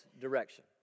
direction